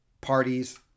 parties